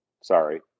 Sorry